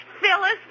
Phyllis